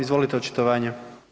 Izvolite, očitovanje.